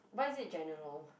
why is it general